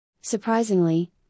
Surprisingly